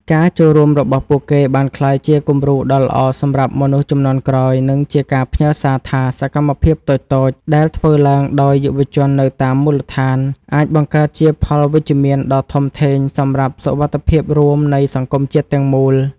ការចូលរួមរបស់ពួកគេបានក្លាយជាគំរូដ៏ល្អសម្រាប់មនុស្សជំនាន់ក្រោយ និងជាការផ្ញើសារថា សកម្មភាពតូចៗដែលធ្វើឡើងដោយយុវជននៅតាមមូលដ្ឋាន អាចបង្កើតជាផលវិជ្ជមានដ៏ធំធេងសម្រាប់សុវត្ថិភាពរួមនៃសង្គមជាតិទាំងមូល។